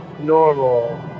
normal